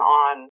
on